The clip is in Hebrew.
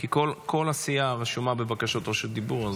כי כל הסיעה רשומה בבקשות רשות דיבור,